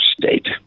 state